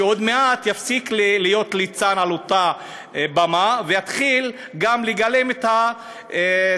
שעוד מעט יפסיק להיות ליצן על אותה במה ויתחיל גם לגלם את התפקידים